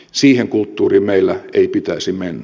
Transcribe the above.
siihen kulttuuriin meillä ei pitäisi mennä